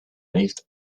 lived